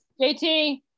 JT